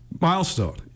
milestone